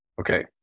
okay